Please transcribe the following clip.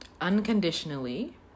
unconditionally